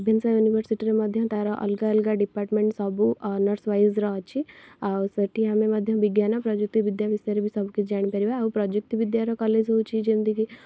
Ravenshaw ୟୁନିଭରସିଟିରେ ମଧ୍ୟ ତା'ର ଅଲଗା ଅଲଗା ଡିପାର୍ଟମେଣ୍ଟ ସବୁ ଅନର୍ସ ୱାଇଜ୍ର ଅଛି ଆଉ ସେଇଠି ଆମେ ମଧ୍ୟ ବିଜ୍ଞାନ ପ୍ରଯୁକ୍ତିବିଦ୍ୟା ବିଷୟରେ ବି ସବୁକିଛି ଜାଣିପାରିବା ଆଉ ପ୍ରଯୁକ୍ତିବିଦ୍ୟାର କଲେଜ ହେଉଛି ଯେମିତି କି